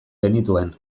genituen